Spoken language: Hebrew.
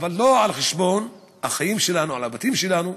אבל לא על חשבון החיים שלנו, הבתים שלנו.